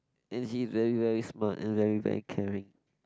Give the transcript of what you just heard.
and she is very very smart and very very caring